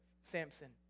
Samson